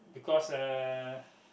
because uh